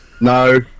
No